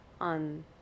on